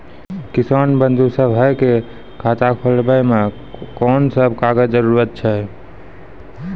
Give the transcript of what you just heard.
किसान बंधु सभहक खाता खोलाबै मे कून सभ कागजक जरूरत छै?